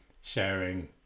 sharing